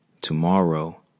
Tomorrow